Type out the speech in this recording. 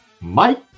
Mike